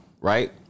right